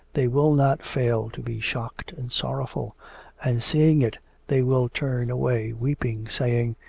they will not fail to be shocked and sorrowful and seeing it they will turn away weeping, saying,